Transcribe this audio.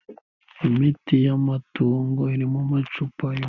Imiti y'amatongo irimo amacupa ya.